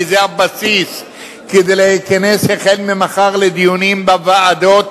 כי זה הבסיס כדי להיכנס ממחר לדיונים בוועדות